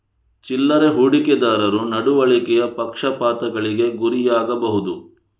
ಚಿಲ್ಲರೆ ಹೂಡಿಕೆದಾರರು ನಡವಳಿಕೆಯ ಪಕ್ಷಪಾತಗಳಿಗೆ ಗುರಿಯಾಗಬಹುದು